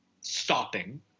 stopping